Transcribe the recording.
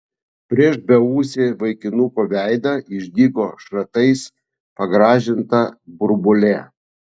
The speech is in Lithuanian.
prieš beūsį vaikinuko veidą išdygo šratais pagrąžinta burbuolė